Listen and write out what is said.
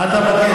מה אתה מבקש?